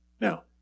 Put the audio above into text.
Now